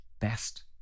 best